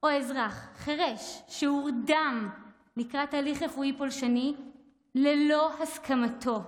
או אזרח חירש שהורדם לקראת הליך רפואי פולשני ללא הסכמתו,